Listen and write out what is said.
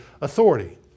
authority